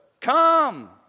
come